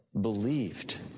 believed